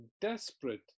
desperate